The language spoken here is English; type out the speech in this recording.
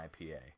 IPA